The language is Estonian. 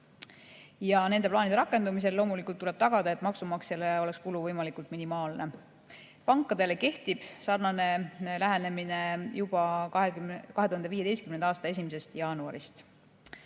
Ja nende plaanide rakendumisel loomulikult tuleb tagada, et maksumaksjale oleks kulu võimalikult minimaalne. Pankadele kehtib sarnane lähenemine juba 2015. aasta 1. jaanuarist. Täpsemad